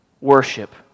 Worship